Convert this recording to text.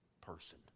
person